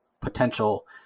potential